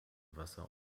wasser